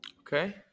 Okay